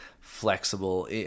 flexible